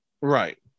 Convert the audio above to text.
Right